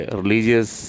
religious